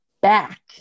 back